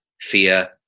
fear